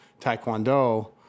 taekwondo